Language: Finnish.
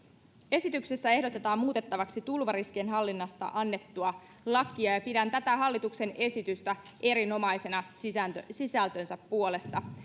esityksessä ehdotetaan muutettavaksi tulvariskien hallinnasta annettua lakia ja pidän tätä hallituksen esitystä erinomaisena sisältönsä sisältönsä puolesta